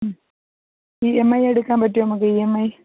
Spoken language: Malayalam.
ഇ എം ഐ എടുക്കാന് പറ്റുമോ നമുക്ക് ഇ എം ഐ